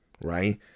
right